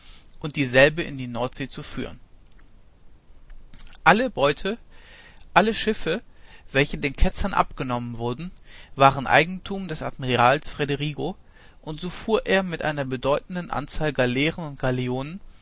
und dieselbe in die nordsee zu führen alle beute alle schiffe welche den ketzern abgenommen wurden waren eigentum des admirals federigo und so fuhr er mit einer bedeutenden anzahl galeeren